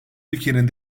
ülkenin